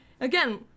again